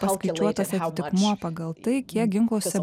paskaičiuotas atitikmuo pagal tai kiek ginkluose